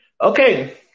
Okay